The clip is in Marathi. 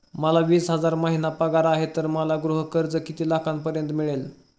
मला वीस हजार महिना पगार आहे तर मला गृह कर्ज किती लाखांपर्यंत मिळेल?